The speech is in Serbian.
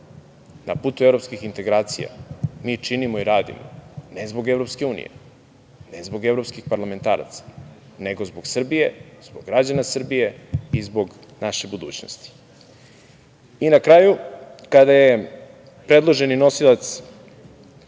na putu evropskih integracija mi činimo i radimo, ne zbog EU, ne zbog evropskih parlamentaraca, nego zbog Srbije, zbog građana Srbije i zbog naše budućnosti.I na kraju, kada je predloženi nosilac